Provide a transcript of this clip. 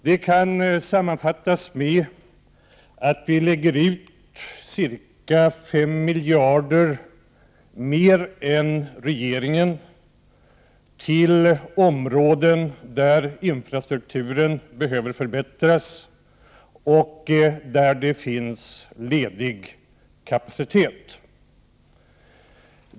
Det kan sammanfattas med att vi lägger ut cirka fem miljarder mer än regeringen till områden där infrastrukturen behöver förbättras och där det finns ledig kapacitet.